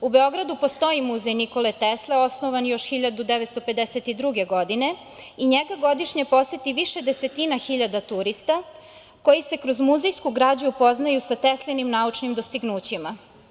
U Beogradu postoji muzej Nikole Tesle, osnovan još 1952. godine i njega godišnje poseti više desetina hiljada turista koji se kroz muzejsku građu upoznaju sa Teslinim naučnim dostignućima.